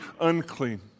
unclean